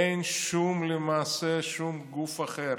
אין למעשה שום גוף אחר